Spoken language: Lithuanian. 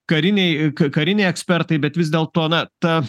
kariniai k kariniai ekspertai bet vis dėlto na ta